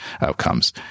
outcomes